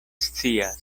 scias